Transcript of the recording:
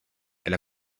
elle